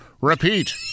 Repeat